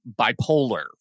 bipolar